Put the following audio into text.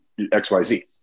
XYZ